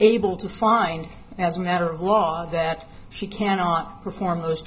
able to find as a matter of law that she cannot perform those